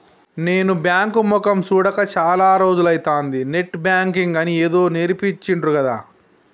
నేను బాంకు మొకేయ్ సూడక చాల రోజులైతంది, నెట్ బాంకింగ్ అని ఏదో నేర్పించిండ్రు గదా